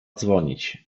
dzwonić